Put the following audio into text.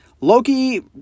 Loki